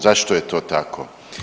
Zašto je to tako?